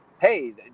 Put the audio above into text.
hey